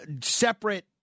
separate